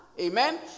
amen